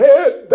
head